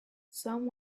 some